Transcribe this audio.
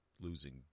losing